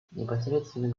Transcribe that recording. непосредственным